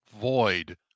void